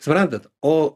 suprantat o